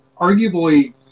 arguably